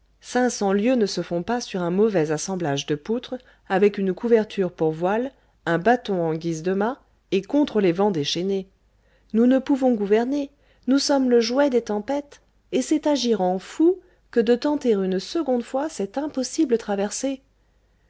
cents lieues ne se font pas sur un mauvais assemblage de poutres avec une couverture pour voile un bâton en guise de mât et contre les vents déchaînés nous ne pouvons gouverner nous sommes le jouet des tempêtes et c'est agir en fous que de tenter une seconde fois cette impossible traversée